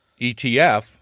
ETF